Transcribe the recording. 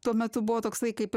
tuo metu buvo toksai kaip ir